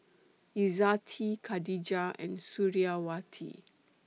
Izzati Khadija and Suriawati